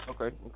okay